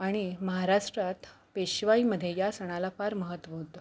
आणि महाराष्ट्रात पेशवाईमध्ये या सणाला फार महत्त्व होतं